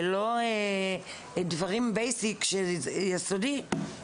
ולא דברים בסיסיים, יסודיים.